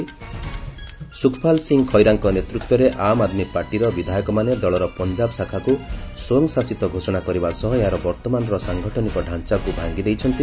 ସ୍ତଖପାଲ ସିଂ ଖଇରାଙ୍କ ନେତୃତ୍ୱରେ ଆମ୍ ଆଦ୍ମୀ ପାର୍ଟିର ବିଧାୟକମାନେ ଦଳର ପଞ୍ଜାବ ଶାଖାକୁ ସ୍ପ୍ୟଂଶାସିତ ଘୋଷଣା କରିବା ସହ ଏହାର ବର୍ତ୍ତମାନର ସାଂଗଠନିକ ଢାଞ୍ଚାକୁ ଭାଙ୍ଗିଦେଇଛନ୍ତି